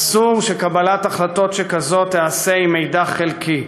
אסור שקבלת החלטות שכזאת תיעשה עם מידע חלקי,